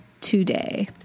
today